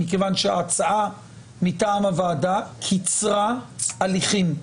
מכיוון שההצעה מטעם הוועדה קיצרה הליכים.